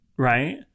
Right